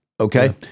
okay